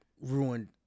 ruined